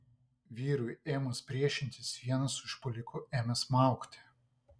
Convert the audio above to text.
vyrui ėmus priešintis vienas užpuolikų ėmė smaugti